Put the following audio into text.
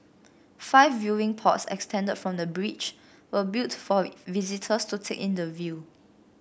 five viewing pods extended from the bridge were built for visitors to take in the view